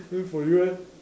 then for you eh